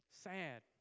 sad